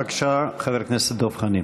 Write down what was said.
בבקשה, חבר הכנסת דב חנין.